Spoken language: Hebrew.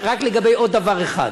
רק לגבי עוד דבר אחד.